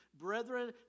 Brethren